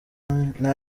nta